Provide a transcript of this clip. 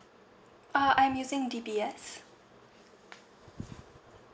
uh I'm using D_B_S